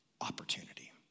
opportunity